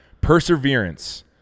Perseverance